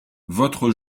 votre